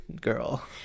Girl